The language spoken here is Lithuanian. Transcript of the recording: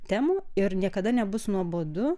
temų ir niekada nebus nuobodu